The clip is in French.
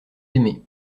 aimé